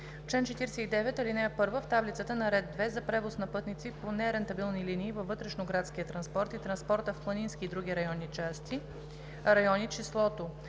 чл. 49, ал. 1 в таблицата, на ред 2. За превоз на пътници по нерентабилни линии във вътрешноградския транспорт и транспорта в планински и други райони числото